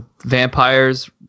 vampires